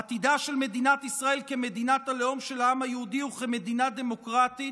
עתידה של מדינת ישראל כמדינת הלאום של העם היהודי וכמדינה דמוקרטית